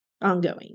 ongoing